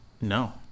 no